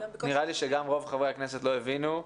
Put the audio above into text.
נראה לי שגם רוב חברי הכנסת לא הבינו.